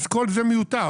לכן כל זה מיותר.